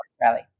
rally